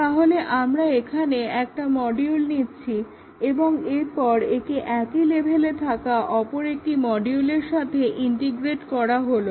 তাহলে আমরা এখানে একটা মডিউল নিচ্ছি এবং এরপর একে একই লেভেলে থাকা অপর একটি মডিউলের সাথে ইন্টিগ্রেট করা হলো